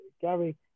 Gary